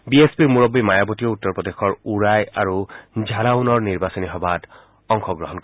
B S পিৰ মুৰববী মায়াৱতীয়েও উত্তৰ প্ৰদেশৰ উৰাই আৰু ঝালোৰৰ নিৰ্বাচনী সভাত অংশগ্ৰহণ কৰিব